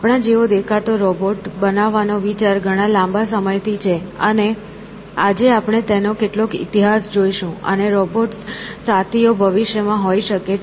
આપણા જેવો દેખાતો રોબોટ બનાવવાનો વિચાર ઘણા લાંબા સમયથી છે અને આજે આપણે તેનો કેટલોક ઇતિહાસ જોઇશું અને રોબોટિક સાથીઓ ભવિષ્યમાં હોઈ શકે છે